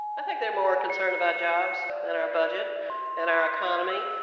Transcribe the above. i think they're more concerned about jobs and our budget and our economy.